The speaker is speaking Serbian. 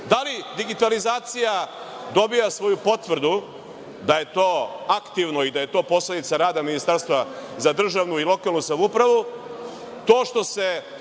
Da li digitalizacija dobija svoju potvrdu da je to aktivno i da je to posledica rada Ministarstva za državnu i lokalnu samoupravu